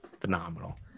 Phenomenal